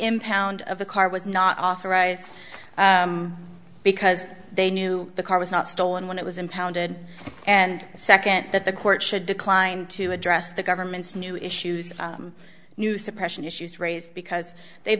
impound of the car was not authorized because they knew the car was not stolen when it was impounded and second that the court should decline to address the government's new issues new suppression issues raised because they've